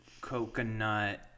Coconut